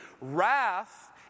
Wrath